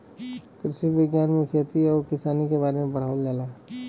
कृषि विज्ञान में खेती आउर किसानी के बारे में पढ़ावल जाला